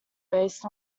based